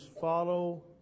follow